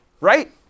Right